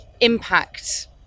impact